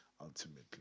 ultimately